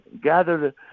gathered